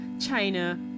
China